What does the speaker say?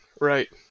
Right